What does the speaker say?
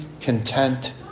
content